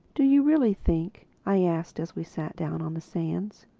do you really think, i asked as we sat down on the sands,